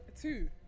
two